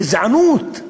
גזענות.